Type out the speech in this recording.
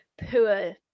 poor